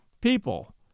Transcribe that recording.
people